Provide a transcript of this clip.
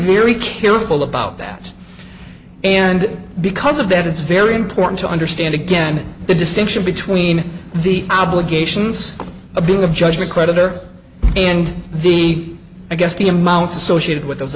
very careful about that and because of that it's very important to understand again the distinction between the obligations of being a judgment creditor and the i guess the amounts associated with those